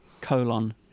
colon